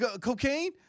Cocaine